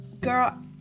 girl